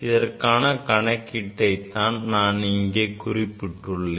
அதற்கான கணக்கீட்டை தான் நான் இங்கே குறிப்பிட்டுள்ளேன்